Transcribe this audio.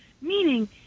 meaning